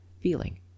feeling